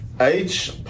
Age